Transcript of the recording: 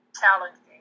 challenging